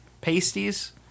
pasties